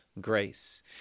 grace